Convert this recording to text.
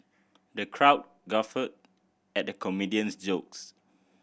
the crowd guffawed at the comedian's jokes